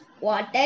water